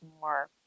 more